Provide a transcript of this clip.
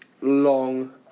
long